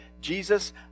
Jesus